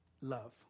Love